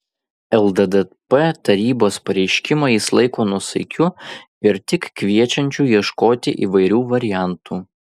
lddp tarybos pareiškimą jis laiko nuosaikiu ir tik kviečiančiu ieškoti įvairių variantų